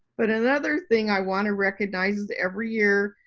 but another thing i wanna recognize is every year,